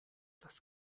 das